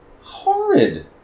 Horrid